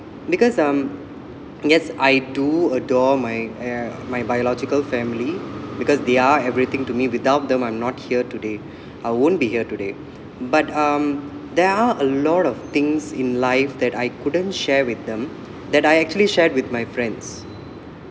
because um yes I do adore my uh my biological family because they are everything to me without them I'm not here today I won't be here today but um there are a lot of things in life that I couldn't share with them that I actually shared with my friends